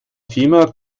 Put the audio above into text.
thema